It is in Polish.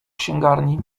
księgarni